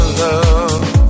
love